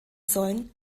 sollen